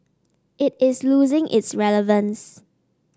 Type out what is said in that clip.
it is losing its relevance